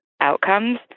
outcomes